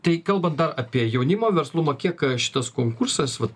tai kalbant dar apie jaunimo verslumą kiek šitas konkursas vat